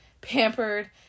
pampered